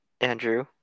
Andrew